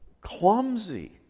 clumsy